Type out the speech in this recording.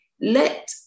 let